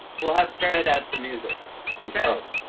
we'll have fred add some music in post.